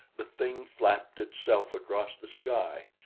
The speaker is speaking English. the thing flapped itself across the sky,